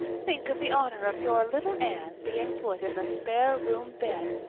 think of the honor of your little anne being put in the spare-room bed.